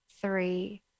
three